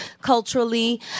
culturally